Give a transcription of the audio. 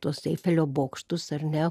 tuos eifelio bokštus ar ne